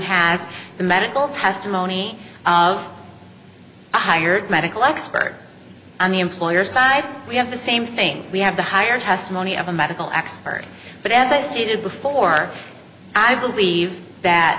has the medical testimony of hired medical expert on the employer's side we have the same thing we have to hire testimony of a medical expert but as i stated before i believe that